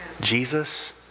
Jesus